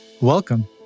Welcome